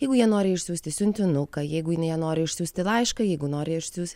jeigu jie nori išsiųsti siuntinuką jeigu jie nori išsiųsti laišką jeigu nori išsiųs